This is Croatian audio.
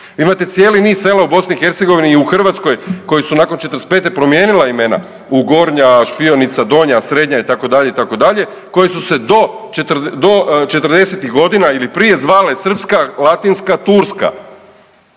Imate cijeli niz sela u BiH i u Hrvatskoj koji su nakon '45. promijenila imena u Gornja Špionica, Donja, Srednja itd., itd. koji su se do četrdesetih godina ili prije zvale srpska, latinska, turska